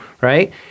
right